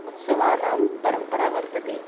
उत्सवानां परम्परा वर्तते